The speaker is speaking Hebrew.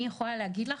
אני יכולה להגיד לך,